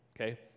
okay